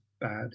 bad